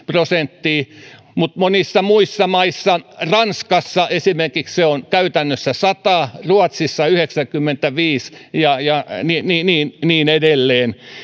prosenttia mutta monissa muissa maissa esimerkiksi ranskassa se on käytännössä sata ruotsissa yhdeksänkymmentäviisi ja ja niin niin edelleen